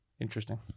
Interesting